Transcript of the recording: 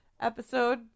episode